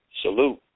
Salute